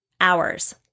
hours